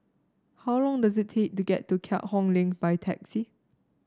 how long does it take to get to Keat Hong Link by taxi